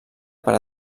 per